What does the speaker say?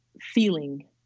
feeling